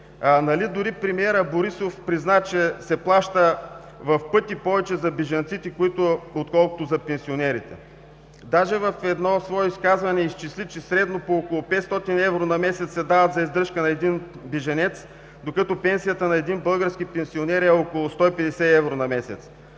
Нали дори премиерът Борисов призна, че се плаща в пъти повече за бежанците, отколкото за пенсионерите?! Даже в едно свое изказване изчисли, че средно по около 500 евро на месец се дават за издръжка на един бежанец, докато пенсията на един български пенсионер е около 150 евро на месец.